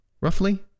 roughly